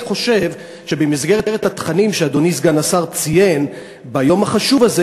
אני חושב שבמסגרת התכנים שאדוני סגן השר ציין ביום החשוב הזה,